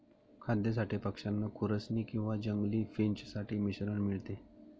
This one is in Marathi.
खाद्यासाठी पक्षांना खुरसनी किंवा जंगली फिंच साठी मिश्रण मिळते